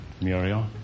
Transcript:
Muriel